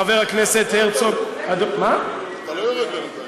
חבר הכנסת הרצוג, אתה לא יורד בינתיים.